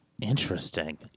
Interesting